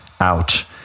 out